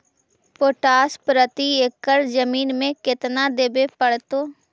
Potash प्रति एकड़ जमीन में केतना देबे पड़तै?